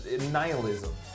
nihilism